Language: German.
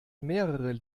mehrere